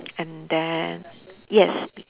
and then yes